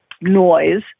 noise